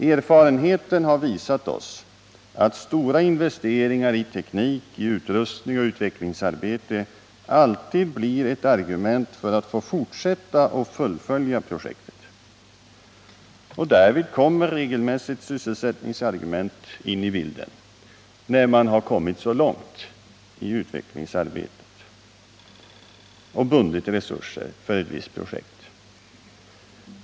Erfarenheten har visat oss att stora investeringar i teknik, utrustning och utvecklingsarbete alltid blir ett argument för att få fortsätta och fullfölja projektet. När man kommit så långt i utveck lingsarbetet och bundit resurser för ett visst projekt, kommer regelmässigt sysselsättningsargument in i bilden.